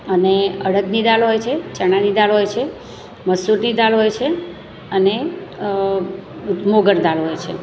અને અળદની દાળ હોય છે ચણાની દાળ હોય છે મસૂરની દાળ હોય છે અને મોગર દાળ હોય છે